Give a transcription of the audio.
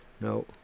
No